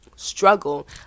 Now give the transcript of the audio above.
Struggle